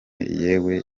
yewe